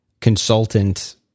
consultant